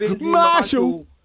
Marshall